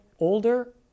older